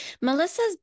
Melissa's